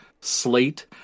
slate